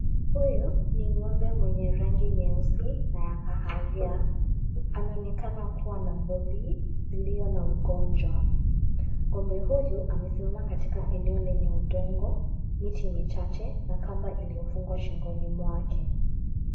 Huyu ni ng'ombe mwenye rangi nyeusi na ya kahawia anaonekana kua na ngozi iliyo na ugonjwa, ng'ombe huyu amesimama katika eneo lenye undogo, miti michache na kamba iliyofungwa shingoni mwake.